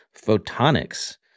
photonics